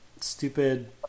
stupid